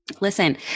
Listen